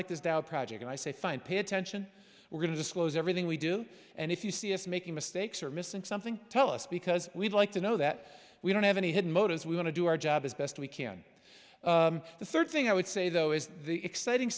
like this dow project and i say fine pay attention we're going to disclose everything we do and if you see us making mistakes or missing something tell us because we'd like to know that we don't have any hidden motives we want to do our job as best we can the third thing i would say though is the exciting